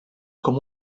com